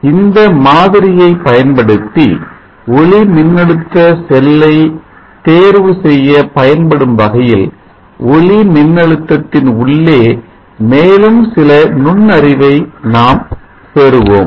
ஆகவே இந்த மாதிரியை பயன்படுத்தி ஒளிமின்னழுத்த செல்லை தேர்வு செய்ய பயன்படும்வகையில் ஒளி மின்னழுத்தத்தின் உள்ளே மேலும் சில நுண்ணறிவை நாம் பெறுவோம்